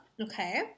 Okay